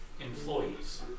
employees